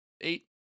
eight